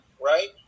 right